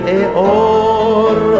eor